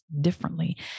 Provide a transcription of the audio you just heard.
differently